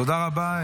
תודה רבה.